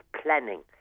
planning